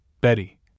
Betty